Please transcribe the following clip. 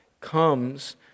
comes